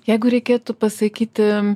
jeigu reikėtų pasakyti